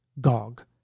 Gog